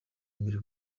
mbere